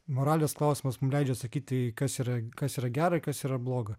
moralės klausimas mum leidžia atsakyti kas yra kas yra gera ir kas yra bloga